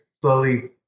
slowly